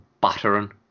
battering